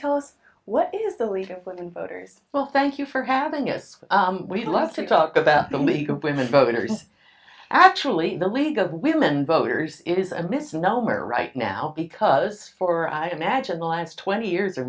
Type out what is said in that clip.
tell us what is the league of women voters well thank you for having us we'd love to talk about the league of women voters and actually the league of women voters is a misnomer right now because for i imagine the last twenty years or